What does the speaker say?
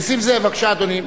נסים זאב, בבקשה, אדוני.